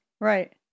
Right